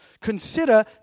consider